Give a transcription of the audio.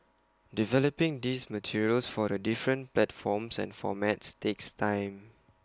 developing these materials for the different platforms and formats takes time